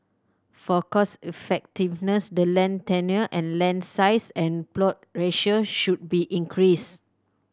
for cost effectiveness the land tenure and land size and plot ratio should be increased